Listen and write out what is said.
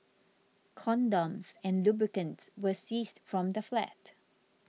condoms and lubricants were seized from the flat